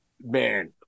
Man